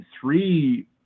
three